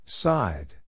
Side